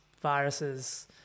viruses